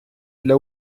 для